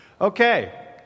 Okay